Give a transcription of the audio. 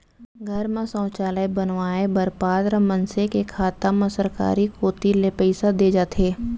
घर म सौचालय बनवाए बर पात्र मनसे के खाता म सरकार कोती ले पइसा दे जाथे